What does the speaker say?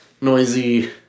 noisy